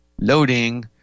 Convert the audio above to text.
Loading